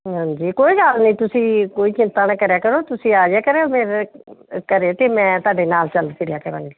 ਹਾਂਜੀ ਕੋਈ ਗੱਲ ਨਹੀਂ ਤੁਸੀਂ ਕੋਈ ਚਿੰਤਾ ਨਾ ਕਰਿਆ ਕਰੋ ਤੁਸੀਂ ਆ ਜਾਇਆ ਕਰੋ ਫਿਰ ਘਰ ਤਾਂ ਮੈਂ ਤੁਹਾਡੇ ਨਾਲ ਚੱਲ ਫਿਰਿਆ ਕਰਾਂਗੀ